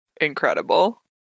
Incredible